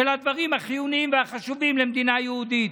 של הדברים החיוניים והחשובים למדינה יהודית.